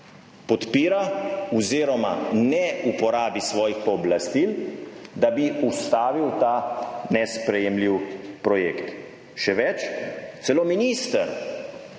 podpira oziroma ne uporabi svojih pooblastil, da bi ustavil ta nesprejemljiv projekt. Še več, celo minister